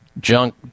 junk